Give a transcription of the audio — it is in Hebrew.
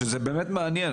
שזה באמת מעניין,